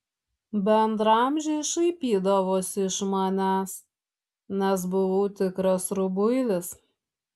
bendraamžiai šaipydavosi iš manęs nes buvau tikras rubuilis